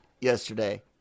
yesterday